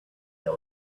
that